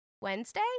Wednesday